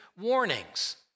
warnings